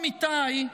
עמיתיי,